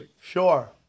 Sure